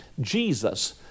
Jesus